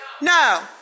No